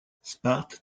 sparte